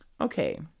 Okay